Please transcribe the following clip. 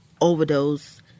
overdose